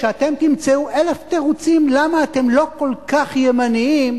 כשאתם תמצאו אלף תירוצים למה אתם לא כל כך ימנים,